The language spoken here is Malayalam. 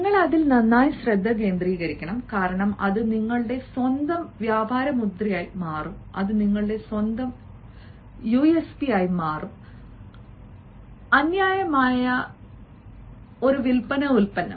നിങ്ങൾ അതിൽ നന്നായി ശ്രദ്ധ കേന്ദ്രീകരിക്കണം കാരണം അത് നിങ്ങളുടെ സ്വന്തം വ്യാപാരമുദ്രയായി മാറും അത് നിങ്ങളുടെ സ്വന്തം യുഎസ്പിയായി മാറും അനന്യമായ വിൽപ്പന ഉൽപ്പന്നം